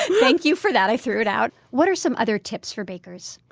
thank you for that. i threw it out. what are some other tips for bakers?